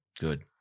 Good